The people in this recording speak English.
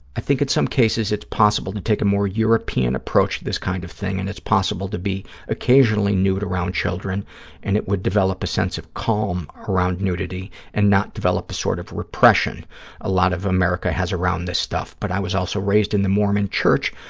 i think in some cases it's possible to take a more european approach to this kind of thing and it's possible to be occasionally nude around children and it would develop a sense of calm around nudity and not develop a sort of repression a lot of america has around this stuff, but i was also raised in the mormon church,